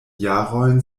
jarojn